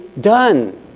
done